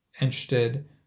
interested